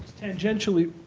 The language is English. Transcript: tangentially,